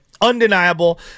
Undeniable